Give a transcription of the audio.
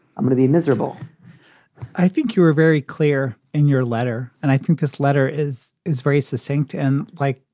i'm gonna be miserable i think you're very clear in your letter and i think this letter is is very succinct. and like,